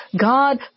God